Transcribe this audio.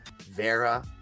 Vera